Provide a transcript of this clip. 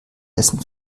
hessen